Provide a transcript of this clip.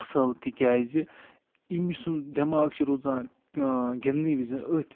اَصٕل تِکیٛازِ أمۍ سُنٛد دٮ۪ماغ چھُ روزان گِنٛدنہٕ وِزِ أتھۍ